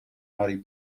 harry